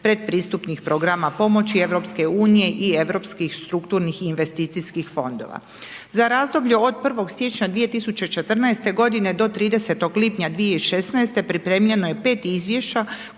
pretpristupnih programa pomoći EU i europskih strukturnih i investicijskih fondova. Za razdoblje od 1. siječnja 2014. g. do 30. lipnja 2016. pripremljeno je 5 izvješća